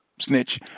snitch